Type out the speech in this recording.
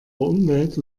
umwelt